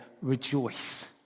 rejoice